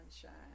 sunshine